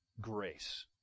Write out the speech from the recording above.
Grace